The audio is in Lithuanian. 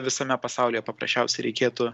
visame pasaulyje paprasčiausiai reikėtų